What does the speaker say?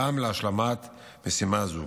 גם להשלמת משימה זו.